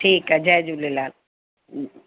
ठीकु आहे जय झूलेलाल अ